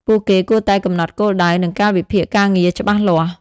ពួកគេគួរតែកំណត់គោលដៅ និងកាលវិភាគការងារច្បាស់លាស់។